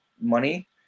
money